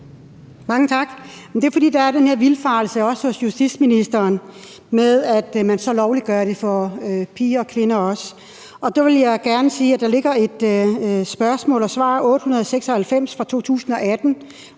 Mange tak. Der er, fordi der er den her vildfarelse, også hos justitsministeren, med, at man så også lovliggør det for piger og kvinder, og der vil jeg gerne sige, at der ligger et spørgsmål og svar, S 896, fra 2018,